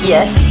Yes